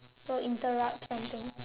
will interrupt something